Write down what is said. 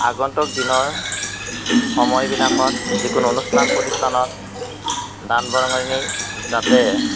আগন্তুক দিনৰ সময়বিলাকত যিকোনো অনুষ্ঠান প্ৰতিষ্ঠানত দান বৰঙণি যাতে